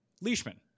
Leishman